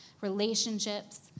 relationships